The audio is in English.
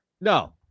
No